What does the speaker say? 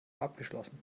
abgeschlossen